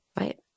right